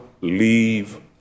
leave